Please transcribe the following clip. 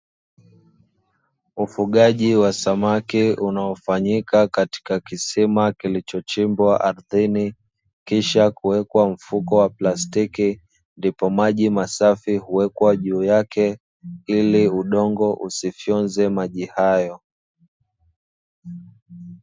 Ufugaji wa samaki unafanyika katika kisima kilichochimbwa ardhini kisha kuwekwa mfuko wa plastiki, ndipo maji masafi huwekwa juu yake ili udongo usifyonze maji hayo.